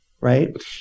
right